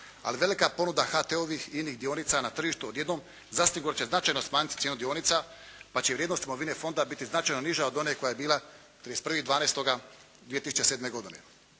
ali velika ponuda HT-ovih i INA-inih dionica na tržištu odjednom zasigurno će značajno smanjiti cijenu dionica pa će vrijednost imovine fonda biti značajno niža od one koja je bila 31.12.2007. godine.